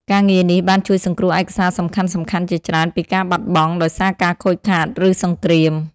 ការងារនេះបានជួយសង្គ្រោះឯកសារសំខាន់ៗជាច្រើនពីការបាត់បង់ដោយសារការខូចខាត ឬសង្គ្រាម។